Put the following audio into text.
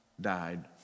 died